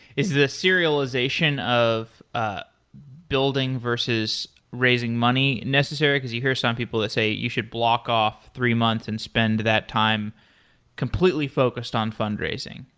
is this serialization of ah building versus raising money necessary? because you hear some people that say, you should block off three months and spend that time completely focused on fundraising.